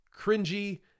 cringy